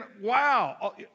wow